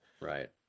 right